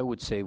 i would say